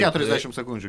keturiasdešim sekundžių